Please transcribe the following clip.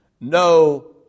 no